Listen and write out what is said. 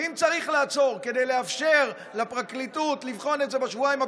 ואם צריך לעצור כדי לאפשר לפרקליטות לבחון את זה בשבועיים הקרובים,